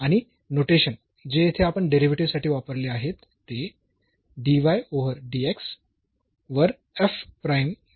आणि नोटेशन जे येथे आपण डेरिव्हेटिव्ह साठी वापरले आहेत ते वर f प्राईम y प्राईम आहेत